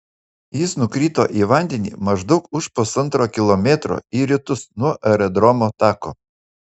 jis nukrito į vandenį maždaug už pusantro kilometro į rytus nuo aerodromo tako